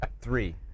Three